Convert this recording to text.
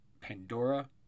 Pandora